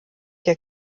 der